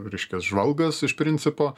reiškias žvalgas iš principo